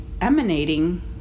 emanating